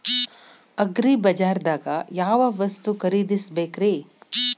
ಅಗ್ರಿಬಜಾರ್ದಾಗ್ ಯಾವ ವಸ್ತು ಖರೇದಿಸಬೇಕ್ರಿ?